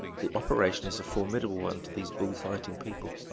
the operation is a formidable one to these bull-fighting people.